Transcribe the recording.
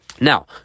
now